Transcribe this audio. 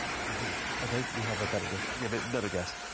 she's here. okay, we have a better guest, we have another guest.